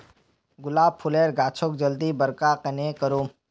गुलाब फूलेर गाछोक जल्दी बड़का कन्हे करूम?